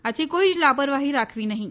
આથી કોઈ જ લાપરવાહી રાખવી નહીં